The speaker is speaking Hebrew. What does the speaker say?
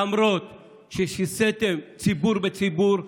למרות ששיסיתם ציבור בציבור,